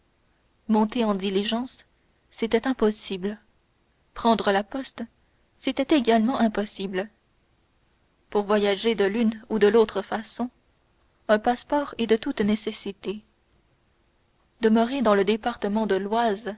monter en diligence c'était impossible prendre la poste c'était également impossible pour voyager de l'une ou de l'autre façon un passeport est de toute nécessité demeurer dans le département de l'oise